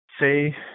say